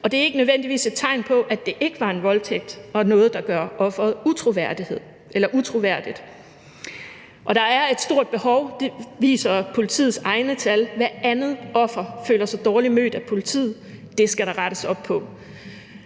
det er ikke nødvendigvis et tegn på, at det ikke var en voldtægt eller noget, der gør offeret utroværdigt. Der er et stort behov, det viser politiets egne tal, for hvert andet offer føler sig dårligt mødt af politiet. Det skal der rettes op på.